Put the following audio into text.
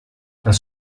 das